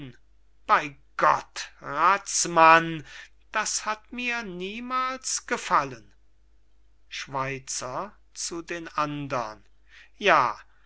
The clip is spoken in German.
bey gott razmann das hat mir niemals gefallen schweizer zu